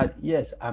Yes